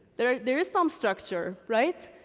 there there is some structure, right?